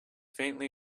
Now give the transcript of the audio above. faintly